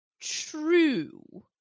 true